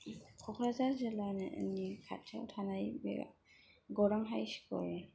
क'क्राझार जिल्लानि खाथियाव थानाय बे गौरां हाइ स्कुल